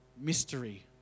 mystery